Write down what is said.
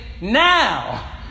now